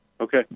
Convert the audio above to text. Okay